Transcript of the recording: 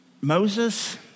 Moses